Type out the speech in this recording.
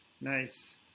Nice